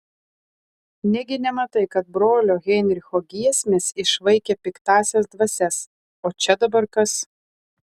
negi nematai kad brolio heinricho giesmės išvaikė piktąsias dvasias o čia dabar kas